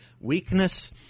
Weakness